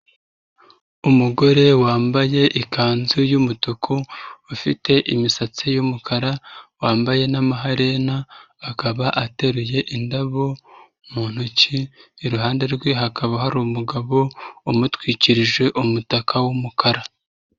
Umugore wambaye ikanzu y'umutuku, ufite imisatsi y'umukara, wambaye n'amaherena akaba ateruye indabo mu ntoki, iruhande rwe hakaba hari umugabo umutwikirije umutaka w'umukara.